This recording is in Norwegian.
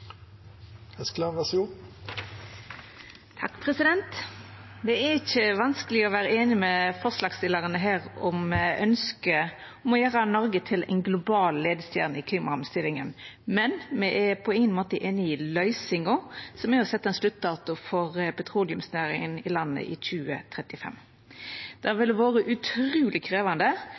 Det er ikkje vanskeleg å være einig med forslagsstillaren og ønsket hans om å gjera Noreg til ei global leiarstjerne i klimaomstillinga, men me er på inga måte einig i løysinga, som er å setja ein sluttdato for petroleumsnæringa i landet til 2035. Det ville vore utruleg krevjande